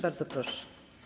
Bardzo proszę.